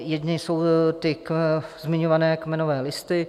Jedny jsou ty zmiňované kmenové listy.